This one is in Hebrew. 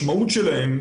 שנמנעו.